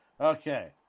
Okay